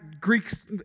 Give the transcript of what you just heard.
Greeks